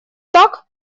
так